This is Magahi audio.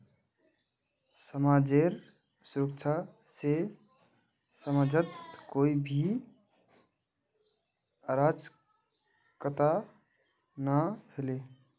समाजेर सुरक्षा से समाजत कोई भी अराजकता ना फैले